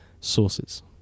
sources